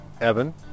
evan